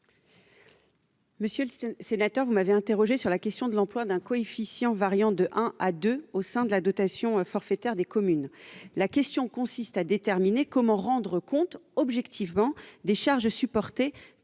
Monsieur le sénateur, vous m'interrogez sur la question de l'emploi d'un coefficient variant de 1 à 2 au sein de la dotation forfaitaire des communes. La question consiste à déterminer comment rendre compte, objectivement, des charges supportées